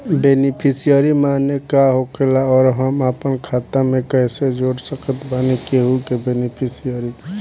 Beneficiary माने का होखेला और हम आपन खाता मे कैसे जोड़ सकत बानी केहु के बेनीफिसियरी?